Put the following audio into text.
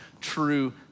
true